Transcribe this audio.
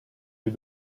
you